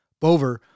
Bover